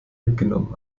mitgenommen